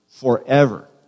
Forever